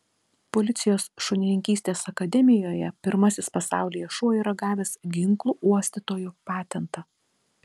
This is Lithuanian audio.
policijos šunininkystės akademijoje pirmasis pasaulyje šuo yra gavęs ginklų uostytojo patentą